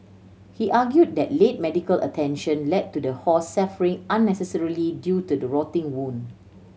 he argued that late medical attention led to the horse suffering unnecessarily due to the rotting wound